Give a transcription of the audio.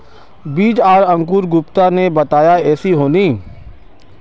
बीज आर अंकूर गुप्ता ने बताया ऐसी होनी?